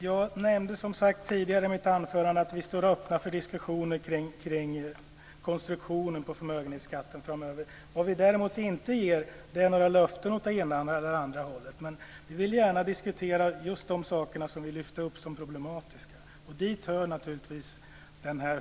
Herr talman! Jag nämnde tidigare i mitt anförande att vi står öppna för diskussioner kring konstruktionen på förmögenhetsskatten framöver. Däremot ger vi inte några löften åt ena eller andra hållet. Men vi vill gärna diskutera just de frågor som vi lyfte fram som problematiska. Dit hör naturligtvis